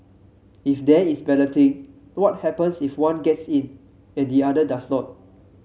if there is balloting what happens if one gets in and the other does not